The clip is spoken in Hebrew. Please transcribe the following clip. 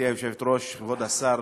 גברתי היושבת-ראש, כבוד השר,